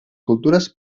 cultures